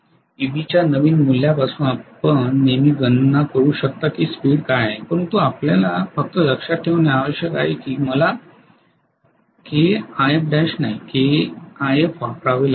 Eb च्या नवीन मूल्यापासून आपण नेहमी गणना करू शकता की स्पीड काय आहे परंतु आपल्याला फक्त लक्षात ठेवणे आवश्यक आहे की मला kIfl नाही kIf वापरावे लागेल